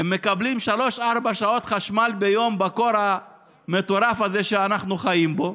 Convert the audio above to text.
הם מקבלים שלוש-ארבע שעות חשמל ביום בקור המטורף הזה שאנחנו חיים בו.